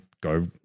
go